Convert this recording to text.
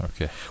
Okay